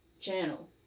channel